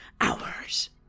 hours